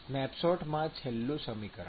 સ્નેપશોટમાં છેલ્લું સમીકરણ